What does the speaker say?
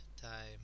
time